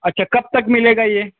اچھا کب تک ملے گا یہ